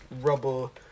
rubble